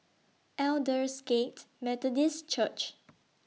Aldersgate Methodist Church